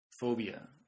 phobia